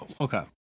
okay